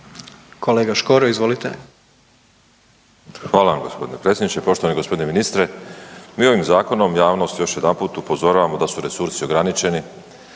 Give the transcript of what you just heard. **Škoro, Miroslav (DP)** Hvala vam g. predsjedniče. Poštovani g. ministre. Mi ovim zakonom javnost još jedanput upozoravamo da su resursi ograničeni,